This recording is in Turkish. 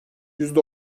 yüzde